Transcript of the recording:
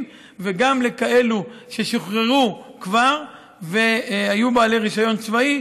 וגם לכאלה שכבר שוחררו והיו בעלי רישיון צבאי,